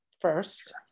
first